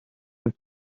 and